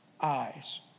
eyes